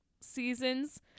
seasons